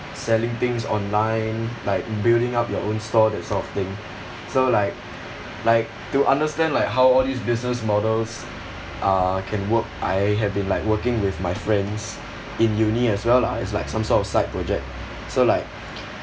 selling things online like building up your own store that sort of thing so like like to understand like how all these business models uh can work I have been like working with my friends in uni as well lah as like some sort of side project so like